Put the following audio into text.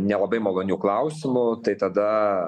nelabai malonių klausimų tai tada